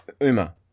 Uma